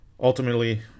ultimately